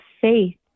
faith